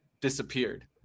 disappeared